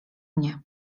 mnie